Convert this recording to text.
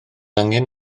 angen